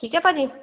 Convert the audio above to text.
ਠੀਕ ਹੈ ਭਾਅ ਜੀ